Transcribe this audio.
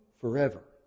forever